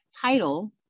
title